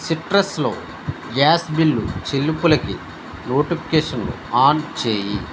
సిట్రస్లో gas bill చెల్లింపులకి నోటిఫికేషన్లు on చేయి